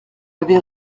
avait